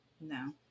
no